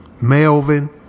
Melvin